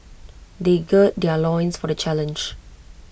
they gird their loins for the challenge